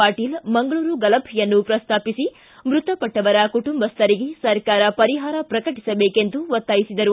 ಪಾಟೀಲ್ ಮಂಗಳೂರು ಗಲಭೆಯನ್ನು ಪ್ರಸ್ತಾಪಿಸಿ ಮೃತಪಟ್ಟವರ ಕುಟುಂಬಸ್ಹರಿಗೆ ಸರ್ಕಾರ ಪರಿಹಾರ ಪ್ರಕಟಿಸಬೇಕೆಂದು ಒತ್ತಾಯಿಸಿದರು